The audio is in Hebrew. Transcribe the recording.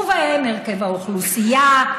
ובהם הרכב האוכלוסייה,